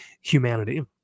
humanity